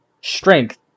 strength